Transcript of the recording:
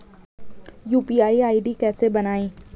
UPI ID कैसे बनायें?